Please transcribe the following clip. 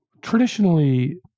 Traditionally